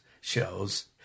shows